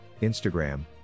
Instagram